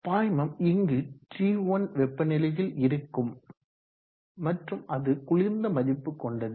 பாய்மம் இங்கு பாயும் அது T1 வெப்பநிலையில் இருக்கும் மற்றும் அது குளிர்ந்த மதிப்பு கொண்டது